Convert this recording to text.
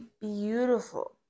beautiful